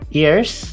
ears